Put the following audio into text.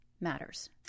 matters